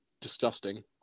disgusting